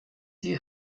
die